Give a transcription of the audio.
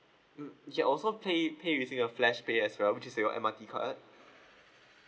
mm you can also pay pay using your flash pay as well which is your M_R_T card